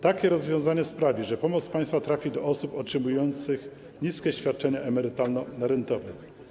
Takie rozwiązanie sprawi, że pomoc państwa trafi do osób otrzymujących niskie świadczenia emerytalno-rentowe.